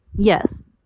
yes.